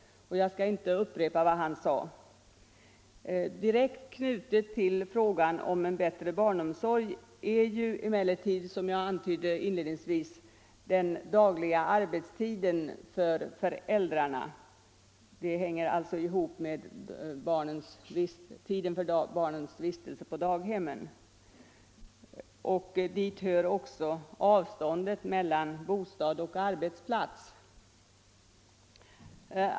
Jag skall inte upprepa vad han sade. Direkt knuten till frågan om en bättre barnomsorg är emellertid, som jag inledningsvis antydde, frågan om den dagliga arbetstiden för föräldrarna — den hänger ihop med tiden för barnens vistelse på daghemmen — och dit hör också avståndet mellan bostad och arbetsplats.